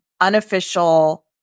unofficial